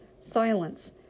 Silence